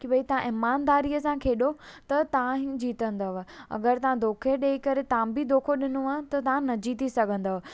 की भई तव्हां ईमांदारीअ सां खेॾो त तव्हां ई जीतंदव अगरि तव्हां धोखे डे॒ई करे तव्हां बि धोखो डि॒नो आहे त तव्हां न जीति सघंदव